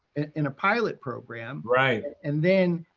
in a pilot program. right. and then,